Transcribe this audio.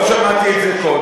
לא שמעתי את זה קודם,